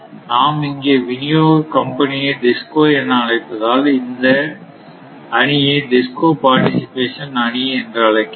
நாம் இங்கே விநியோக கம்பெனியை DISCO என அழைப்பதால் இந்த அணியை DISCO பார்டிசிபெசன் அணி என அழைக்கிறோம்